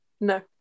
No